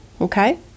okay